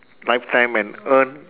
lifetime and earn